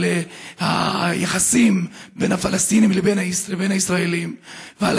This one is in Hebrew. על היחסים בין הפלסטינים לבין הישראלים ועל